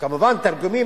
וכמובן, תרגומים.